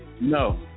no